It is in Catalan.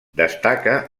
destaca